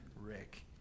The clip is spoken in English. Rick